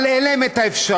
אבל אין לה אפשרות